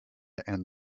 and